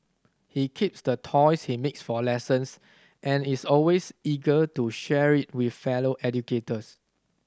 he keeps the toys he makes for lessons and is always eager to share it with fellow educators